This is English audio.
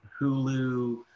Hulu